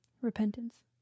Repentance